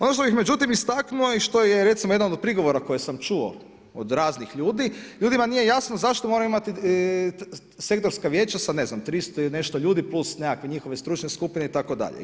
Ono što bih međutim istaknuo i što je recimo jedan od prigovora koje sam čuo od raznih ljudi, ljudima nije jasno zašto moramo imati sektorska vijeća sa ne znam 300 i nešto ljudi plus nekakve njihove stručne skupine itd.